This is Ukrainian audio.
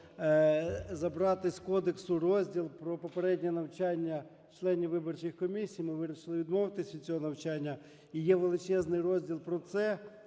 забрати з кодексу розділ про попереднє навчання членів виборчих комісій. Ми вирішили відмовитись від цього навчання і є величезний розділ про це.